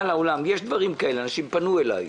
יש דברים כאלה, אנשים פנו אלי.